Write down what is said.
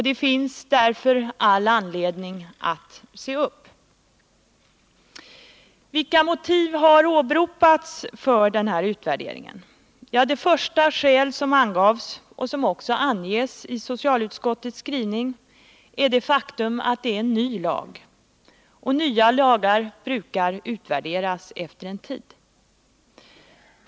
Det finns därför all anledning att se upp. Vilka motiv åberopas för denna utvärdering? Ja, det första skäl som angavs, och som också anges i utskottets skrivning, är det faktum att det är en ny lag, och nya lagar brukar utvärderas efter en tid.